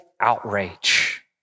outrage